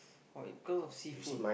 what you got of seafood